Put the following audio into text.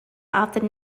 often